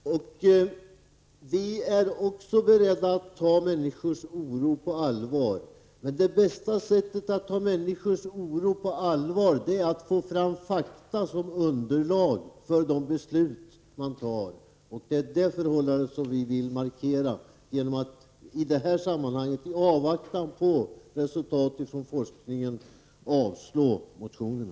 Vi är också beredda att ta människors oro på allvar, men det bästa sättet att ta människors oro på allvar är att få fram fakta som underlag för de beslut man tar. Det är det förhållandet som vi vill markera genom att i det här sammanhanget i avvaktan på resultat från forskningen hemställa att riksdagen avslår motionerna.